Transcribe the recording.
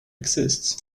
exists